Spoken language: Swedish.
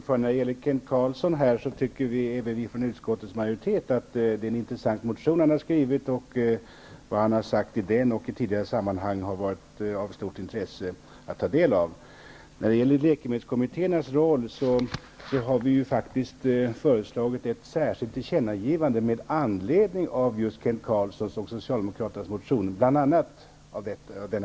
Fru talman! Även vi från utskottets majoritet tycker att Kent Carlsson har skrivit en intressant motion. Det han har sagt i motionen och i tidigare sammanhang har varit av stort intresse. Vi har föreslagit ett särskilt tillkännagivande när det gäller läkemedelskommittéernas roll, bl.a. med anledning av Kent Carlssons och Socialdemokraternas motioner.